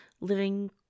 living